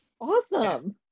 Awesome